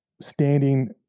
standing